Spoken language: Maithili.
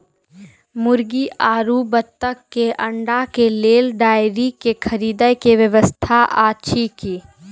मुर्गी आरु बत्तक के अंडा के लेल डेयरी के खरीदे के व्यवस्था अछि कि?